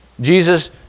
Jesus